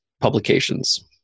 publications